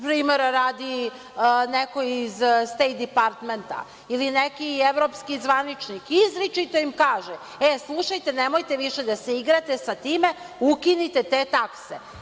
Primera radi neko iz Stejtdepartmenta ili neki evropski zvaničnik, izričito im kaže – e, slušajte nemojte više da se igrate sa time, ukinite te takse.